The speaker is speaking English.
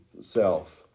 self